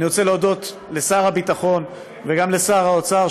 אני רוצה להודות לשר הביטחון וגם לשר האוצר,